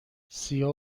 سیاه